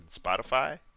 Spotify